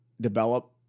develop